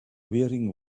wearing